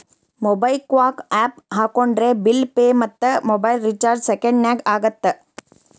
MobiKwik app ಹಾಕೊಂಡ್ರೆ bill pay ಮತ್ತ mobile recharge ಸೆಕೆಂಡನ್ಯಾಗ ಆಗತ್ತ